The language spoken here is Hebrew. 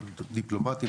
דיפלומטים,